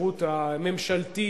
בשירות הממשלתי.